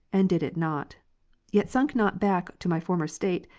and did it not yet sunk not back to my former state,